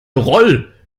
roll